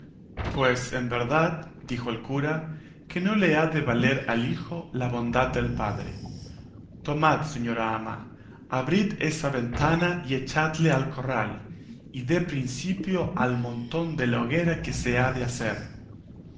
pues en verdad dijo el cura que no le ha de valer al hijo la bondad del padre tomad señora ama abrid esa ventana y echadle al corral y dé principio al montón de la hoguera que se ha de hacer